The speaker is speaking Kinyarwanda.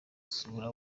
sura